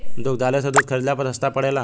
दुग्धालय से दूध खरीदला पर सस्ता पड़ेला?